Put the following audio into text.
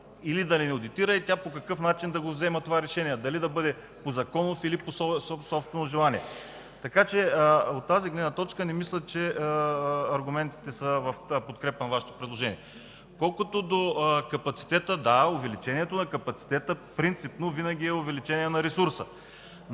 или да не одитира и по какъв начин да вземе това решение – дали да бъде по законов път, или по свое собствено желание. В този смисъл не мисля, че аргументите са в подкрепа на Вашето предложение. Колкото до капацитета, да, увеличението на капацитета принципно винаги е увеличение на ресурса.